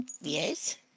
Yes